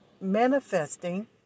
manifesting